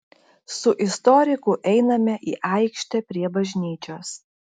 su istoriku einame į aikštę prie bažnyčios